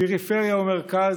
פריפריה ומרכז,